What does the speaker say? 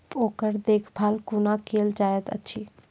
ओकर देखभाल कुना केल जायत अछि?